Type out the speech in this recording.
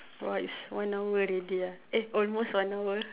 !wah! is one hour already ah eh almost one hour